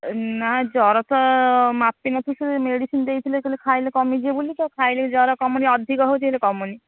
ନା ଜ୍ୱର ତ ମାପି ନ ଥିଲି ସେ ମେଡ଼ିସିନ୍ ଦେଇଥିଲେ କହିଲେ ଖାଇଲେ କମିଯିବ ବୋଲିକା ଖାଇଲେ ଜ୍ୱର କମୁନି ଅଧିକ ହେଉଛି ହେଲେ କମୁନି